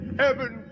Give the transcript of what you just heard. heaven